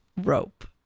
rope